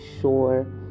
sure